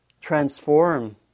transform